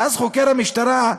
ואז חוקר המשטרה,